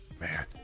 Man